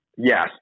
Yes